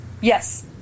Yes